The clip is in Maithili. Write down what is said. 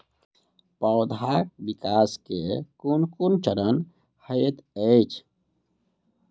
पौधाक विकास केँ केँ कुन चरण हएत अछि?